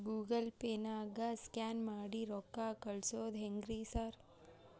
Google ಪೇನಾಗ scan ಮಾಡಿ ರೊಕ್ಕಾ ಕಳ್ಸೊದು ಹೆಂಗ್ರಿ ಸಾರ್?